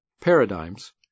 Paradigms